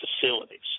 facilities